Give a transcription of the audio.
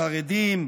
בחרדים,